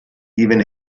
even